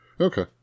Okay